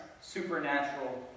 supernatural